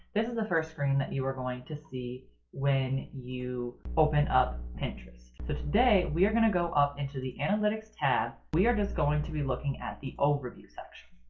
this is the first screen that you are going to see when you open up pinterest. so today we are going to go up into the analytics tab. we are just going to be looking at the overview section.